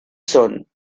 son